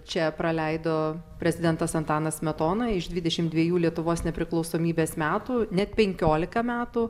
čia praleido prezidentas antanas smetona iš dvidešim dviejų lietuvos nepriklausomybės metų net penkiolika metų